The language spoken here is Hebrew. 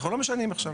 אנחנו לא משנים עכשיו.